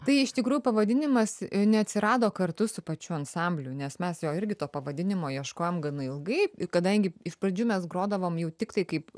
tai iš tikrųjų pavadinimas neatsirado kartu su pačiu ansambliu nes mes jo irgi to pavadinimo ieškojom gana ilgai kadangi iš pradžių mes grodavom jau tiktai kaip